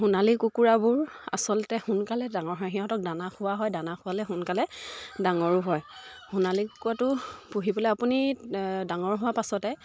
সোণালী কুকুৰাবোৰ আচলতে সোনকালে ডাঙৰ হয় সিহঁতক দানা খোৱা হয় দানা খোৱালে সোনকালে ডাঙৰো হয় সোণালী কুকুৰাটো পুহি পেলাই আপুনি ডাঙৰ হোৱা পাছতে